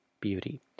beauty